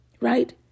right